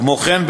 כמו כן,